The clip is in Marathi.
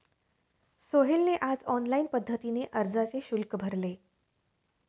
सोहेलने आज ऑनलाईन पद्धतीने अर्जाचे शुल्क भरले